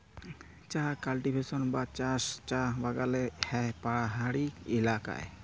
চাঁ কাল্টিভেশল বা চাষ চাঁ বাগালে হ্যয় পাহাড়ি ইলাকায়